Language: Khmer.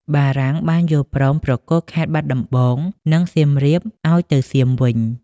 បារាំងបានយល់ព្រមប្រគល់ខេត្តបាត់ដំបង និងសៀមរាបឲ្យទៅសៀមវិញ។